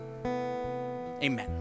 Amen